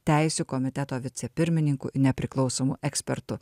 teisių komiteto vicepirmininku nepriklausomu ekspertu